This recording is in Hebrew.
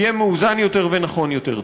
יהיה מאוזן יותר ונכון יותר.